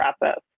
process